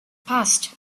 passed